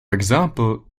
example